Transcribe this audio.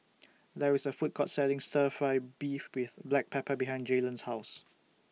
There IS A Food Court Selling Stir Fry Beef with Black Pepper behind Jaylon's House